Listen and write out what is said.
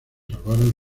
salvaron